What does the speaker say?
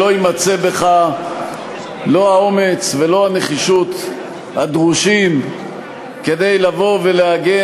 שלא יימצאו בך לא האומץ ולא הנחישות הדרושים כדי להגן